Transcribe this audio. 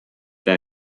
that